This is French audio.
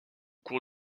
cours